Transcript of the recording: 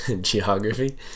Geography